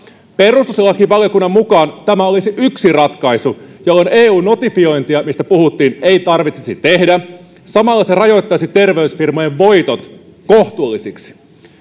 perustuslakivaliokunnan mukaan tämä olisi yksi ratkaisu jolloin eun notifiointia mistä puhuttiin ei tarvitsisi tehdä samalla se rajoittaisi terveysfirmojen voitot kohtuullisiksi